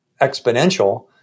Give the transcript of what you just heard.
exponential